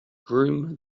groom